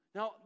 Now